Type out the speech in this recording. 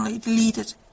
deleted